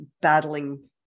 battling